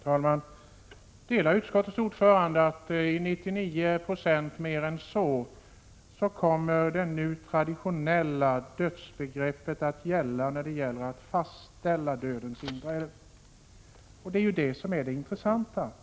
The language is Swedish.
Herr talman! Jag delar utskottsordförandens mening att till mer än 99 90 kommer det traditionella dödsbegreppet att gälla vid fastställande av dödens inträde, och det är det intressanta.